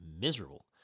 miserable